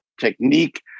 technique